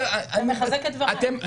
אתה מחזק את דבריי.